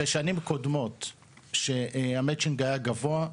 בשנים קודמות כשהמצ'ינג היה גבוה,